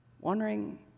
wondering